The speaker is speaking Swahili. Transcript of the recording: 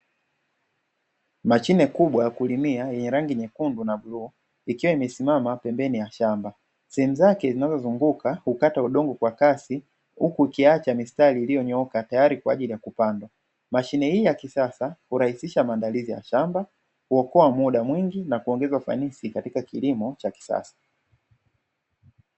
Mashine kubwa ya kulimia yenye rsangi nyekundu na bluu, ikiwa imesimama pembeni ya shamba, sehemu zake zinazozunguka huukata udongo kwa kasi huku ikiacha mistari iliyonyooka kwaajili ya kupanda mashine hii ya kisasa, hurahisisha maandalizi ya shamba, huokoa mda mwingi na kuongeza ufanisi katika kilimo cha kisasa.